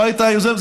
אם לא היית היוזם,